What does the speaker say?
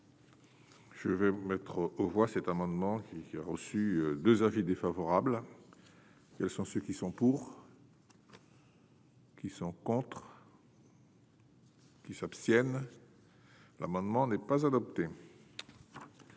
Je vais mettre aux voix cet amendement qui a reçu 2 avis défavorables. Quels sont ceux qui sont pour. Qui sont contre. Qui s'abstiennent. L'amendement n'est pas adopté.